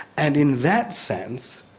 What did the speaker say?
and in that sense,